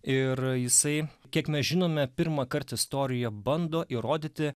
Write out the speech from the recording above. ir a jisai kiek mes žinome pirmąkart istorija bando įrodyti